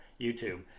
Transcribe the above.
YouTube